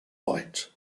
white